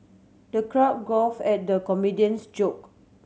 the crowd guffawed at the comedian's joke